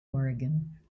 oregon